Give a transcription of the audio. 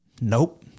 Nope